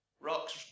rocks